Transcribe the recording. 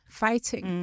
fighting